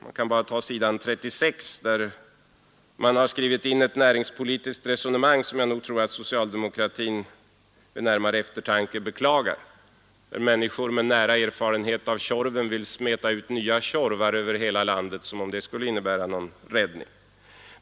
Man kan bara ta s. 36, där det förs ett näringspolitiskt resonemang som jag nog tror att socialdemokratin vid närmare eftertanke beklagar. Människor med nära erfarenhet av Tjorven vill där smeta ut nya Tjorvar över hela landet, som om det skulle innebära någon räddning.